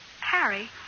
Harry